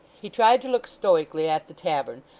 he tried to look stoically at the tavern,